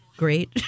great